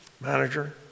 manager